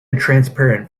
transparent